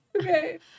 Okay